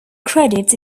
credits